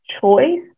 choice